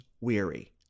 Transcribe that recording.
weary